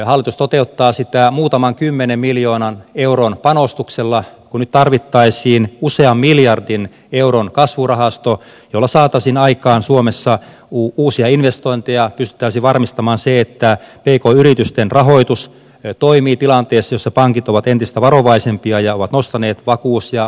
hallitus toteuttaa sitä muutaman kymmenen miljoonan euron panostuksella kun nyt tarvittaisiin usean miljardin euron kasvurahasto jolla saataisiin aikaan suomessa uusia investointeja pystyttäisiin varmistamaan se että pk yritysten rahoitus toimii tilanteessa jossa pankit ovat entistä varovaisempia ja ovat nostaneet vakuus ja marginaalivaatimuksia